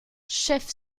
chef